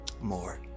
more